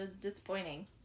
disappointing